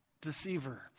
deceiver